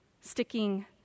sticking